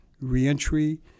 reentry